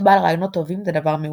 להיות בעל רעיונות טובים זה דבר מעולה,